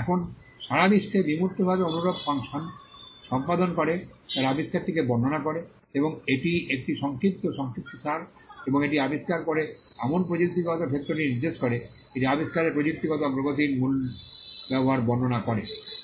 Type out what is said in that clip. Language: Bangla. এখন সারা বিশ্বে বিমূর্তভাবে অনুরূপ ফাংশন সম্পাদন করে তারা আবিষ্কারটিকে বর্ণনা করে এবং এটি একটি সংক্ষিপ্ত সংক্ষিপ্তসার এবং এটি আবিষ্কার করে এমন প্রযুক্তিগত ক্ষেত্রটি নির্দেশ করে এটি আবিষ্কারের প্রযুক্তিগত অগ্রগতির মূল ব্যবহার বর্ণনা করে